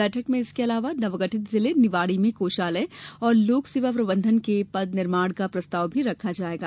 बैठक में इसके अलावा नवगठित जिले निवाड़ी में कोषालय और लोकसेवा प्रबंधन के पद निर्माण का प्रस्ताव भी रखा जायेगा